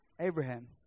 Abraham